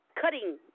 cutting